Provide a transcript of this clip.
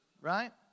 right